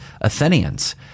Athenians